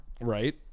right